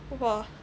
!wah!